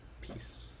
Peace